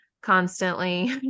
constantly